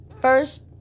first